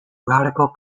radical